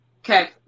Okay